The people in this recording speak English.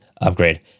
Upgrade